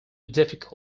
difficult